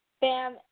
bam